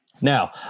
Now